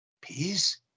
peace